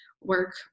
work